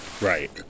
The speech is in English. right